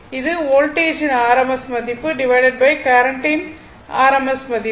இது வோல்டேஜின் rms மதிப்பு கரண்ட்டின் rms மதிப்பு